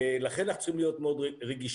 לכן אנחנו צריכים להיות מאוד רגישים.